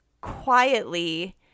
quietly